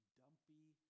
dumpy